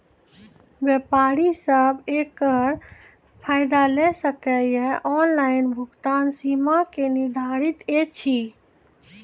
व्यापारी सब एकरऽ फायदा ले सकै ये? ऑनलाइन भुगतानक सीमा की निर्धारित ऐछि?